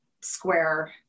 Square